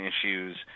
issues